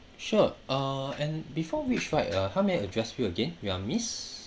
sure uh and before which right uh how may I address you again you are miss